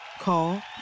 Call